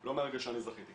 לא מהרגע שאני זכיתי,